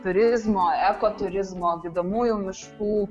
turizmo ekoturizmo gydomųjų miškų